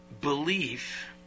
belief